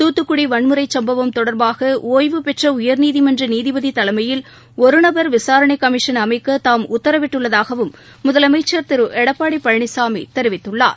தூத்துக்குடி வன்முறைச் சும்பவம் தொடர்பாக ஒய்வு பெற்ற உயர்நீதிமன்ற நீதிபதி தலைமையில் ஒருநபர் விசாரணை கமிஷன் அமைக்க தாம் உத்தரவிட்டுள்ளதாகவும் முதலமைச்சர் திரு எடப்பாடி பழனிசாமி தெரிவித்துள்ளார்